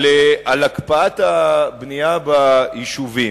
על הקפאת הבנייה ביישובים.